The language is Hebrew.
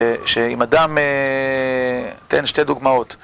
שאם אדם... תן שתי דוגמאות.